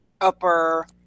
upper